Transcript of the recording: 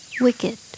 wicked